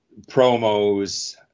promos